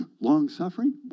Long-suffering